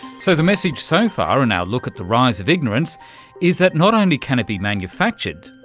so, the message so far in our look at the rise of ignorance is that not only can it be manufactured,